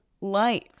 life